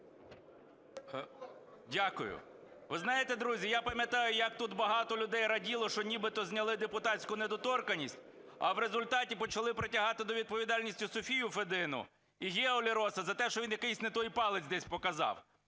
Дякую. Ви знаєте, друзі, я пам'ятаю, як тут багато людей раділо, що нібито зняли депутатську недоторканність, а в результаті почали притягати до відповідальності Софію Федину і Гео Лероса за те, що він якийсь не той палець десь показав.